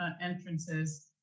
entrances